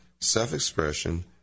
self-expression